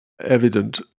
evident